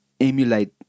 emulate